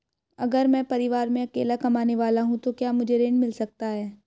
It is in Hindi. अगर मैं परिवार में अकेला कमाने वाला हूँ तो क्या मुझे ऋण मिल सकता है?